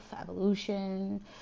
evolution